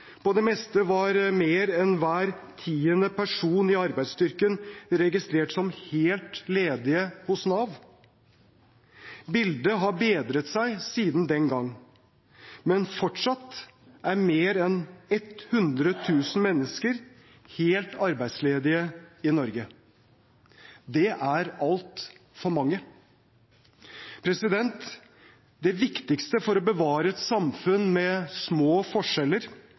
På det meste var mer enn hver tiende person i arbeidsstyrken registrert som helt ledig hos Nav. Bildet har bedret seg siden den gang. Men fortsatt er mer enn 100 000 mennesker helt arbeidsledige i Norge. Det er altfor mange. Det viktigste for å bevare et samfunn med små forskjeller